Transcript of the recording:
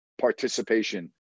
participation